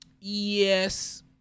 Yes